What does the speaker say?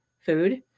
food